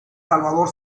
salvador